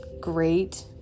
great